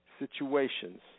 Situations